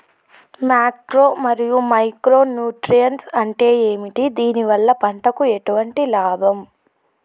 Macro మరియు micro nutrients అంటే ఏమిటి? దీనివల్ల పంటకు ఎటువంటి లాభం?